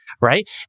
right